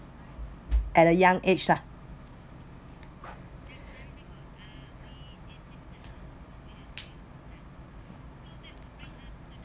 at the young age lah